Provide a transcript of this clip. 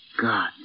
God